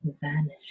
vanish